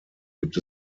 gibt